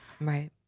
Right